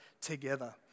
together